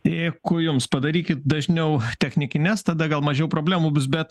dėkui jums padarykit dažniau technikines tada gal mažiau problemų bus bet